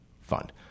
Fund